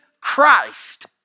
Christ